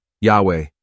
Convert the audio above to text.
Yahweh